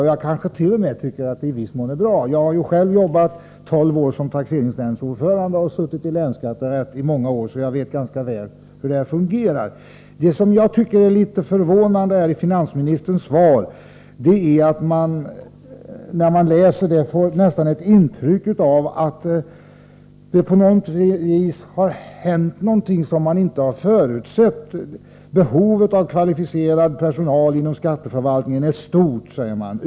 — Nr 126 Jag kansket.o.m. tycker att det i viss mån är bra. Jag har själv arbetat tolv år som taxeringsnämndsordförande och har suttit i länsskatterätt i många år, så jag vet ganska väl hur det fungerar på detta område. Det som jag tycker är litet förvånande i finansministerns svar är att det ger intryck av att det har hänt någonting som man inte har förutsett. Det Om BETKEIEe see slag av taxerings ”Behovet av kvalificerad personal inom skatteförvaltningen är stort.